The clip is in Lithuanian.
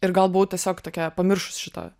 ir gal buvau tiesiog tokia pamiršus šitą